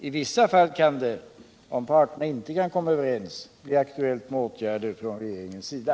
I vissa fall kan det, om parterna inte kan komma överens, bli aktuellt med åtgärder från regeringens sida.